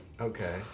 Okay